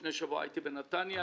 לפני שבוע הייתי בנתניה,